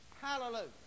Hallelujah